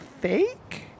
fake